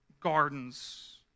gardens